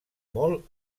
molt